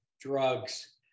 drugs